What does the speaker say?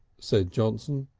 said johnson.